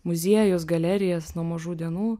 muziejus galerijas nuo mažų dienų